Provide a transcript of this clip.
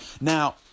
now